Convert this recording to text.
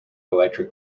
electric